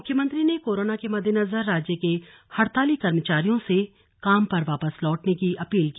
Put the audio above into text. मुख्यमंत्री ने कोरोना के मददेनजर राज्य के हड़ताली कर्मचारियों से काम पर वापस लौटने की अपील की